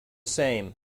same